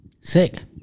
sick